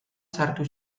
sartu